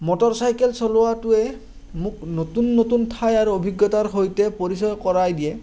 motorcycle চলোৱাটোৱে মোক নতুন নতুন ঠাই আৰু অভিজ্ঞতাৰ সৈতে পৰিচয় কৰাই দিয়ে